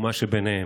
ומה שביניהם.